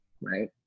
right